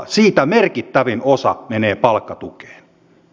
siitä merkittävin osa menee palkkatukeen